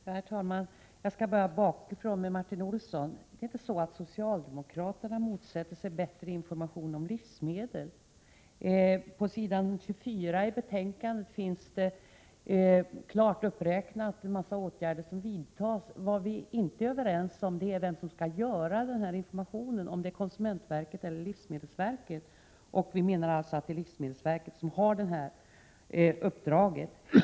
Herr talman! Jag skall börja bakifrån, med att svara Martin Olsson. Det är inte så att socialdemokraterna motsätter sig bättre information om livsmedel. På s. 24i betänkande 31 finns uppräknade en mängd åtgärder som vidtas. Vad vi inte är överens om är vem som skall stå för den här informationen — om det är konsumentverket eller livsmedelsverket. Vi menar att det är livsmedelsverket som har uppdraget.